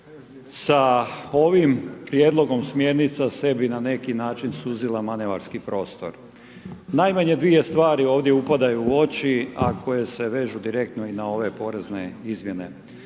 sa ovim prijedlogom smjernica sebi na neki način suzila manevarski prostor. Najmanje dvije stvari ovdje upadaju u oči, a koje se vežu direktno i na ove porezne izmjene.